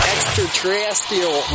Extraterrestrial